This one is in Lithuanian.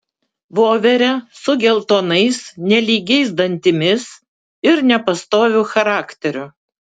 voverę su geltonais nelygiais dantimis ir nepastoviu charakteriu